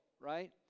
right